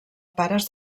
pares